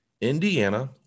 Indiana